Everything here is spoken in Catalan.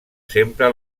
sempre